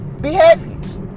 behaviors